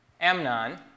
Amnon